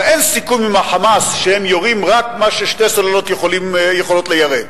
הרי אין סיכום עם ה"חמאס" שהם יורים רק מה ששתי סוללות יכולות ליירט?